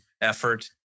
effort